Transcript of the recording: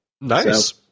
Nice